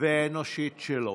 ואנושית שלו.